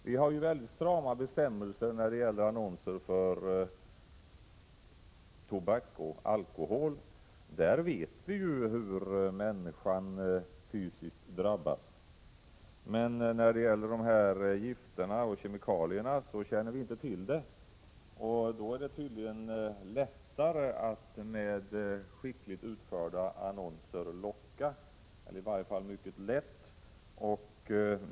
Vi har ju väldigt strama bestämmelser när det gäller annonser för tobak och alkohol. Där vet vi hur människan fysiskt drabbas. Men när det gäller de här gifterna och kemikalierna känner vi inte till det, och då är det tydligen lätt att med skickligt utförda annonser locka.